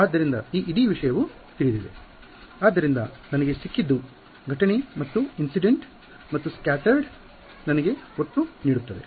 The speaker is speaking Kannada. ಆದ್ದರಿಂದ ನನಗೆ ಸಿಕ್ಕಿದ್ದು ಘಟನೆ ಮತ್ತು ಚದುರಿದವು ಇನ್ಸಿಡೆಂಟ್ ಮತ್ತು ಸ್ಕ್ಯಾಟರ್ಡ ನನಗೆ ಒಟ್ಟು ನೀಡುತ್ತದೆ